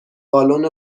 بالن